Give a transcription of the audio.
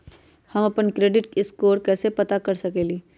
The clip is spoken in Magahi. हम अपन क्रेडिट स्कोर कैसे पता कर सकेली?